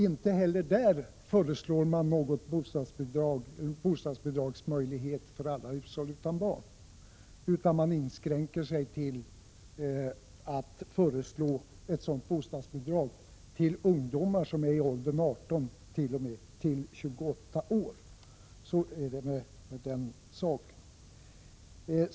Inte heller där föreslås någon bostadsbidragsmöjlighet för alla hushåll utan barn, utan man inskränker sig till att föreslå ett sådant bostadsbidrag till ungdomar som är i åldern 18-28 år. Så ligger det till med den saken.